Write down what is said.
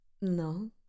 No